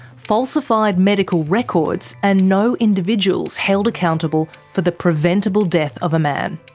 falsified medical records and no individuals held accountable for the preventable death of a man.